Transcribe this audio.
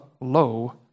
low